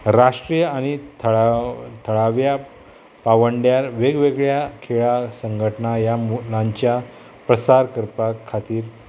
राष्ट्रीय आनी थळाव थळाव्या पावंड्यार वेगवेगळ्या खेळा संघटना ह्या मुलाच्या प्रसार करपा खातीर